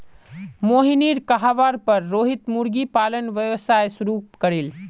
मोहिनीर कहवार पर रोहित मुर्गी पालन व्यवसाय शुरू करील